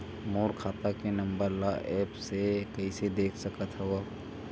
मोर खाता के नंबर ल एप्प से कइसे देख सकत हव?